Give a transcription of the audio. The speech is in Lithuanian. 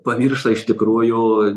pamiršta iš tikrųjų